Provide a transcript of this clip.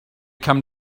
come